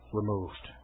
removed